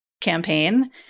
campaign